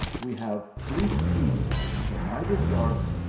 we have fleet steeds, the night is dark,